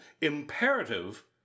imperative